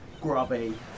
grubby